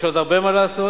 יש עוד הרבה מה לעשות.